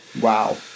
Wow